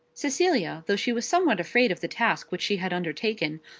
cecilia, though she was somewhat afraid of the task which she had undertaken,